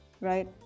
right